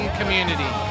community